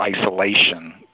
isolation